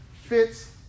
fits